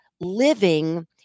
living